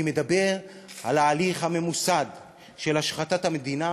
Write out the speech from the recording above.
אני מדבר על ההליך הממוסד של השחתת המדינה